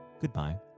goodbye